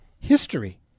history